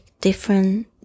different